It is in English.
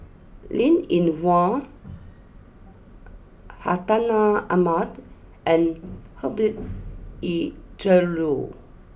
Linn in Hua Hartinah Ahmad and Herbert Eleuterio